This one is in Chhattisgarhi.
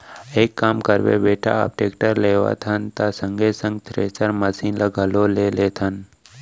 एक काम करबे बेटा अब टेक्टर लेवत हन त संगे संग थेरेसर मसीन ल घलौ ले लेथन